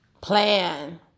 Plan